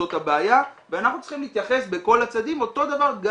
זאת הבעיה ואנחנו צריכים להתייחס בכל הצעדים גם לתעשיית